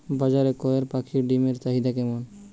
বাজারে কয়ের পাখীর ডিমের চাহিদা কেমন?